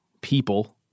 people –